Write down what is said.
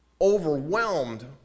overwhelmed